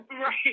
Right